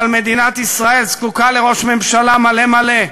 אבל מדינת ישראל זקוקה לראש ממשלה מלא מלא,